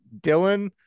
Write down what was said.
Dylan